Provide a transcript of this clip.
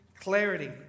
clarity